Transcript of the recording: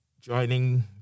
joining